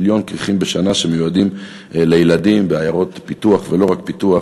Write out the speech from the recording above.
מיליון כריכים בשנה שמיועדים לילדים בעיירות פיתוח ולא רק פיתוח,